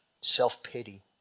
self-pity